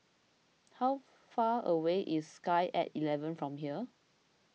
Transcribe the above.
how far away is Sky at eleven from here